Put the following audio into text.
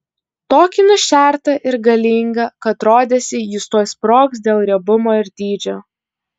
tokį nušertą ir galingą kad rodėsi jis tuoj sprogs dėl riebumo ir dydžio